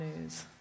news